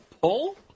pull